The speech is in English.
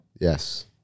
Yes